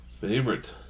Favorite